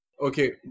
Okay